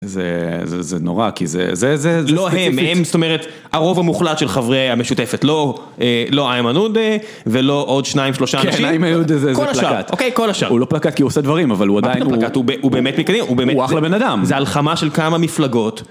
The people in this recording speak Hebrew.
זה נורא כי זה זה לא הם, זאת אומרת הרוב המוחלט של חברי המשותפת, לא איימן עודה ולא עוד שניים שלושה אנשים כן איימן עודה זה זה פלקט כל השאר, אוקיי כל השאר הוא לא פלקט כי הוא עושה דברים אבל הוא עדיין הוא אחלה בן אדם זה הלחמה של כמה מפלגות